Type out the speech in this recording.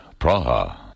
Praha